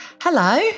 Hello